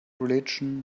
religion